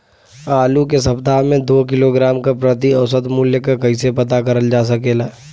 आलू के सप्ताह में दो किलोग्राम क प्रति औसत मूल्य क कैसे पता करल जा सकेला?